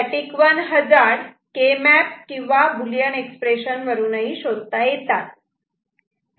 static 1 hazard K map किंवा Boolean expression वरून शोधता येतात